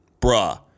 Bruh